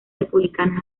republicanas